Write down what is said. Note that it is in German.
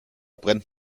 brennt